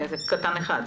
קטן (1).